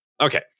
Okay